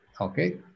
Okay